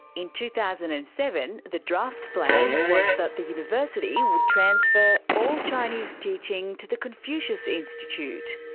in two thousand and seven the draft plan was that the university would transfer all chinese teaching to the confucius institute.